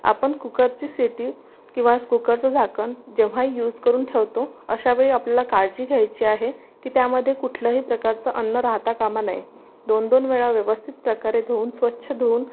आपण कुकरची शिट्टी किंवा कुकरचं झाकण जेव्हाही यूझ करून ठेवतो अशा वेळी आपल्या काळजी घ्यायची आहे की त्यामध्ये कुठलंही प्रकारचं अन्न राहता कामा नये दोन दोन वेळा व्यवस्थित प्रकारे धुवून स्वच्छ धुवून